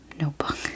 notebook